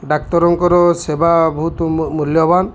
ଡାକ୍ତରଙ୍କର ସେବା ବହୁତ ମୂଲ୍ୟବାନ